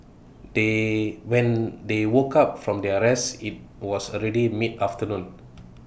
they when they woke up from their rest IT was already midafternoon